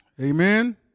amen